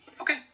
Okay